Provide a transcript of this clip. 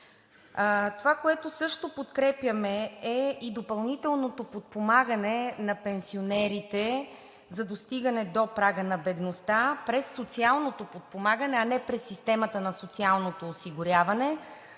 Това, което също подкрепяме, е и допълнителното подпомагане на пенсионерите за достигане до прага на бедността през социалното подпомагане, а не през системата на социалното осигуряване,